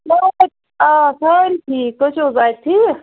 آ سورُے ٹھیٖک تُہۍ چھُو حظ اَتہِ ٹھیٖک